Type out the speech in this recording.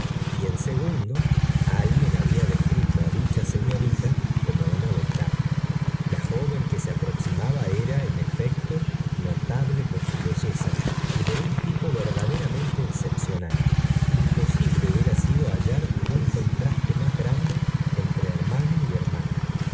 y en segundo alguien había descrito é dicha señorita como una beldad la joven que se aproximaba era en efecto notable por su belleza y de un tipo verdaderamente excepcional imposible hubiera sido hallar un contraste más grande entre hermano y hermana